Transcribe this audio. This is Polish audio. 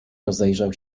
rozejrzał